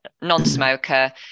non-smoker